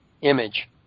image